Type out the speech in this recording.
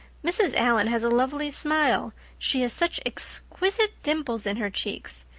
mrs. allan has a lovely smile she has such exquisite dimples in her cheeks.